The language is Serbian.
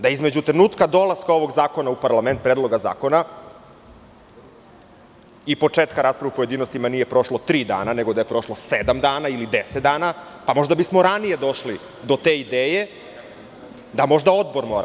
Da između trenutka dolaska ovog zakona u parlament, Predloga zakona i početka rasprave u pojedinostima nije prošlo tri dana, nego da je prošlo sedam dana ili 10 dana, možda bismo ranije došli do te ideje da možda odbor mora.